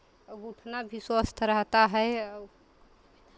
और घुटना भी स्वस्थ रहता है और